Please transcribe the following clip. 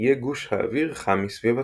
יהיה גוש האוויר חם מסביבתו,